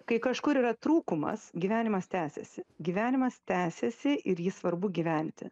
kai kažkur yra trūkumas gyvenimas tęsiasi gyvenimas tęsiasi ir jį svarbu gyventi